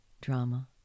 drama